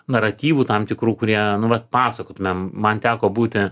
naratyvų tam tikrų kurie nu vat pasakotumėm man teko būti